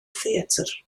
theatr